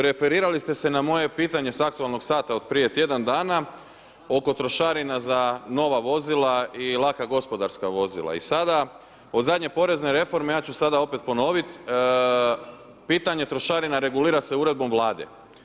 Referirali ste se na moje pitanje sa aktualnog sata od prije tjedan dana oko trošarina za nova vozila i laka gospodarska vozila i sada od zadnje porezne reforme ja ću sada opet ponovit, pitanje trošarina regulira se uredbom Vlade.